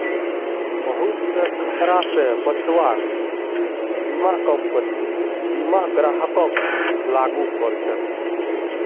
बहुत स खतरा स बचव्वार बीमा कम्पनी बीमा ग्राहकक लागू कर छेक